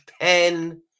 Pen